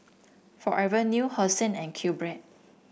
Forever New Hosen and Q Bread